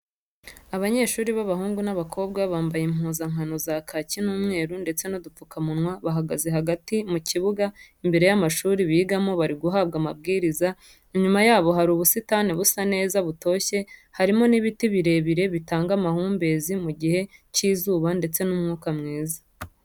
Abanyeshuri b'abahungu n'abakobwa bambaye impuzankano za kaki n'umweru ndetse n'udupfukamunwa, bahagaze hagati mu kibuga imbere y'amashuri bigamo bariguhabwa amabwiriza, inyuma yabo hari ubusitani busa neza butoshye harimo n'ibiti birebire bitanga amahumbezi mu gihe cy'izuba ndetse n'umwuka mwiza.